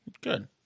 Good